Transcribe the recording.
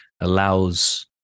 allows